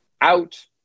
out